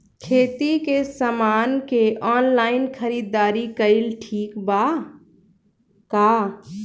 खेती के समान के ऑनलाइन खरीदारी कइल ठीक बा का?